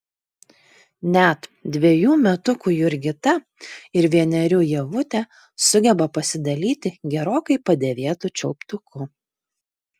net dvejų metukų jurgita ir vienerių ievutė sugeba pasidalyti gerokai padėvėtu čiulptuku